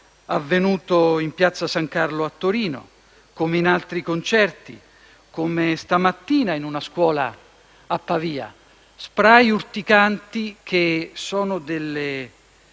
avvenuto in piazza San Carlo a Torino, come in altri concerti, come stamattina in una scuola a Pavia. Questi *spray* urticanti sono delle